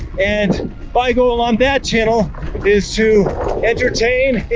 and by going on that channel is to entertain,